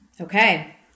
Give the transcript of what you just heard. Okay